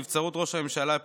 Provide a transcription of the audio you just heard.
נבצרות ראש הממשלה),